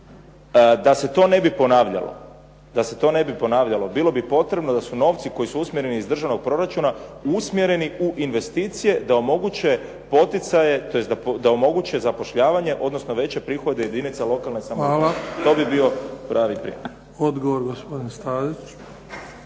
Da se to ne bi ponavljalo bilo bi potrebno da su novci koji su usmjereni iz državnog proračuna usmjereni u investicije da omoguće poticaje, tj. da omoguće zapošljavanje, odnosno veće prihode jedinica lokalne samouprave. To bi bio pravi … **Bebić, Luka